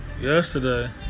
yesterday